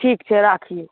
ठीक छै राखिऔ